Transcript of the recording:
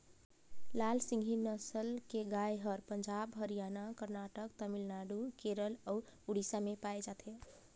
लाल सिंघी नसल के गाय हर पंजाब, हरियाणा, करनाटक, तमिलनाडु, केरल अउ उड़ीसा में पाए जाथे